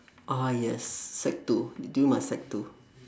ah yes sec two during my sec two